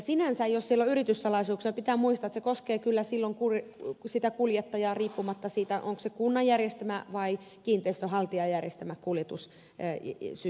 sinänsä jos siellä on yrityssalaisuuksia pitää muistaa että silloin se kyllä koskee sitä kuljettajaa riippumatta siitä onko se kunnan järjestämä vai kiinteistönhaltijan järjestämä kuljetussysteemi